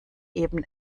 eben